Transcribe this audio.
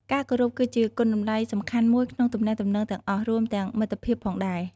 ការគោរពគឺជាគុណតម្លៃសំខាន់មួយក្នុងទំនាក់ទំនងទាំងអស់ រួមទាំងមិត្តភាពផងដែរ។